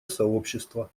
сообщества